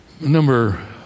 number